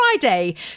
Friday